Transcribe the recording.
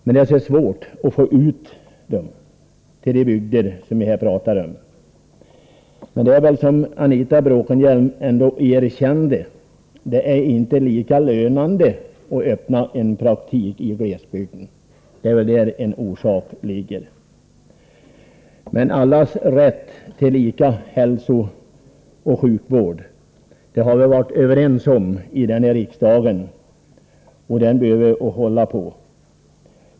Men det är så svårt att få ut dem till de bygder vi nu pratar om. Det är väl, som Anita Bråkenhielm erkände, inte lika lönande att öppna en praktik i glesbygden. Däri ligger en orsak. Allas rätt till lika hälsooch sjukvård har vi varit överens om i denna riksdag, och den rätten bör vi hålla på.